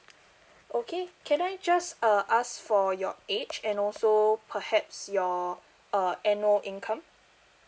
okay can I just uh ask for your age and also perhaps your uh annual income